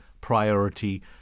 priority